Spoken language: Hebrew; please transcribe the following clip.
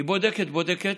היא בודקת, בודקת,